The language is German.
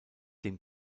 dem